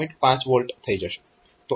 5 V થઈ જશે